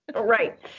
right